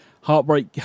Heartbreak